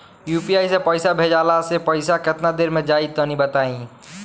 UPI से पईसा भेजलाऽ से पईसा केतना देर मे जाई तनि बताई?